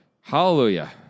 Hallelujah